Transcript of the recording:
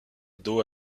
dos